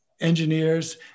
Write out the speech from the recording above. Engineers